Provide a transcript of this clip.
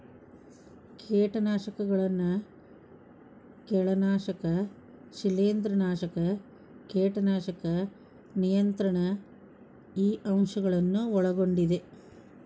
ಕೇಟನಾಶಕಗಳನ್ನು ಕಳೆನಾಶಕ ಶಿಲೇಂಧ್ರನಾಶಕ ಕೇಟನಾಶಕ ನಿಯಂತ್ರಣ ಈ ಅಂಶ ಗಳನ್ನು ಒಳಗೊಂಡಿದೆ